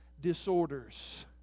disorders